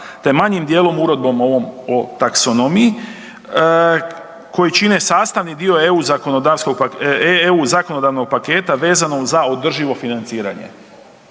te manjim dijelom uredbom ovom o taksonomiji koji čine sastavni dio EU zakonodavnog paketa vezano za održivo financiranje…/Govornik